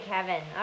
Kevin